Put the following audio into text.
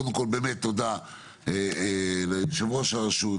קודם כל באמת תודה ליושב-ראש הרשות,